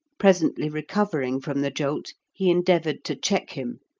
presently recovering from the jolt, he endeavoured to check him,